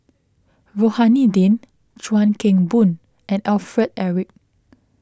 Rohani Din Chuan Keng Boon and Alfred Eric